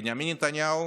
בנימין נתניהו